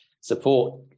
support